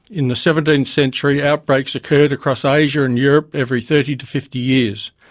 in the seventeenth century outbreaks occurred across asia and europe every thirty to fifty years.